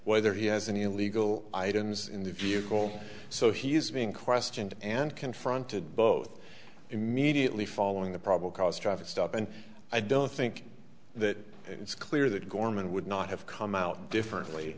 whether he has any illegal items in the vehicle so he is being questioned and confronted both immediately following the probable cause traffic stop and i don't think that it's clear that gorman would not have come out differently